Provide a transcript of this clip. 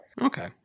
Okay